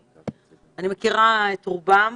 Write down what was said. אני מכירה את רוב האנשים